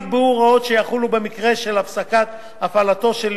נקבעו הוראות שיחולו במקרה של הפסקת הפעלתו של